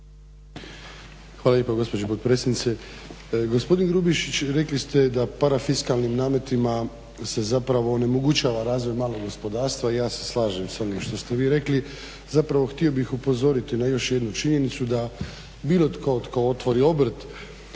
hvala lijepo gospođo potpredsjednice. Gospodine Grubišić, rekli ste da parafiskalnim nametima se zapravo onemogućava razvoj malog gospodarstva i ja se slažem s onim što ste vi rekli. Zapravo htio bih upozoriti na još jednu činjenicu da bilo tko tko otvori obrt